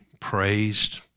praised